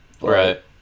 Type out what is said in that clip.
Right